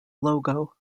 logo